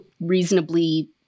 reasonably